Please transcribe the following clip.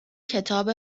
کتاب